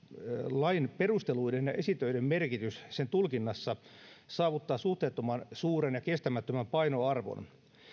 lain perusteluiden ja esitöiden merkitys sen tulkinnassa saavuttavat suhteettoman suuren ja kestämättömän painoarvon